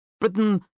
Britain